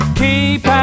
keep